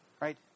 right